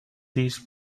this